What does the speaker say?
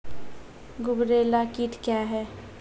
गुबरैला कीट क्या हैं?